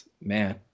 Man